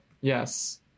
Yes